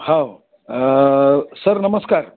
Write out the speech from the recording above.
हो सर नमस्कार